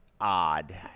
odd